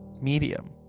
medium